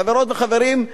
חברות וחברים,